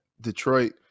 Detroit